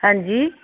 ਹਾਂਜੀ